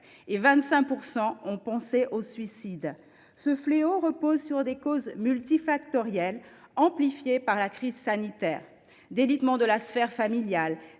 Et 25 % ont pensé au suicide ! Ce fléau repose sur des causes multifactorielles, amplifiées par la crise sanitaire : délitement de la sphère familiale